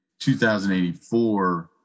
2084